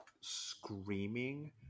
screaming